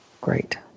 Great